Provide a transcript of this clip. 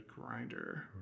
grinder